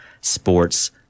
Sports